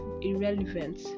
irrelevant